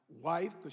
wife